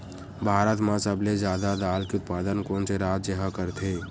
भारत मा सबले जादा दाल के उत्पादन कोन से राज्य हा करथे?